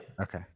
Okay